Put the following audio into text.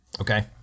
Okay